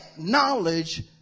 knowledge